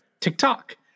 TikTok